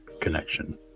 connection